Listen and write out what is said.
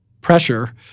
pressure